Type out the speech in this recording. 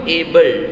able